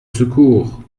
secours